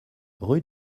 rue